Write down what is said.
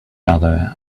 other